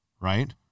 right